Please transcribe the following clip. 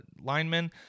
linemen